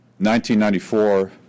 1994